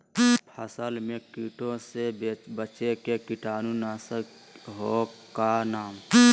फसल में कीटों से बचे के कीटाणु नाशक ओं का नाम?